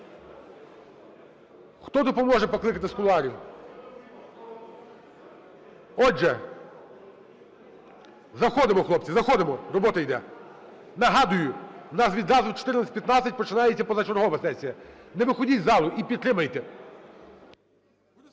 Хто допоможе покликати з кулуарів? Отже… Заходимо, хлопці, заходимо, робота йде. Нагадую: у нас відразу о 14:15 починається позачергова сесія. Не виходіть із залу і підтримайте.